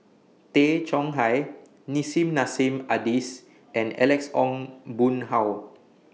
Tay Chong Hai Nissim Nassim Adis and Alex Ong Boon Hau